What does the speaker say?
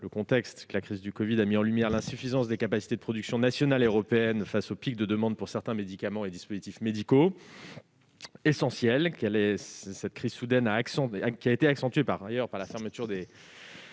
le contexte. La crise du covid-19 a mis en lumière l'insuffisance des capacités de production nationales et européennes face aux pics de demandes pour certains médicaments et dispositifs médicaux essentiels. Accentuée par la fermeture des